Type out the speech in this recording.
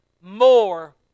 more